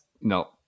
no